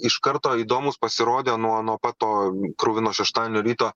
iš karto įdomūs pasirodė nuo nuo pat to kruvino šeštadienio ryto